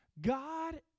God